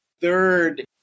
third